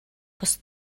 бус